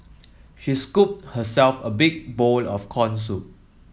she scooped herself a big bowl of corn soup